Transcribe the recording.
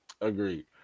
Agreed